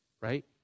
Right